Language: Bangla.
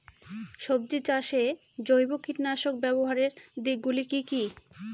সবজি চাষে জৈব কীটনাশক ব্যাবহারের দিক গুলি কি কী?